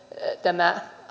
tämä